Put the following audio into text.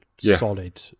solid